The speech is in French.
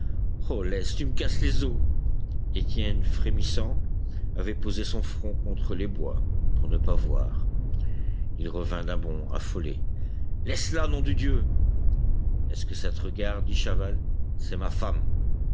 oh laisse tu me casses les os étienne frémissant avait posé son front contre les bois pour ne pas voir il revint d'un bond affolé laisse-la nom de dieu est-ce que ça te regarde dit chaval c'est ma femme